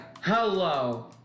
Hello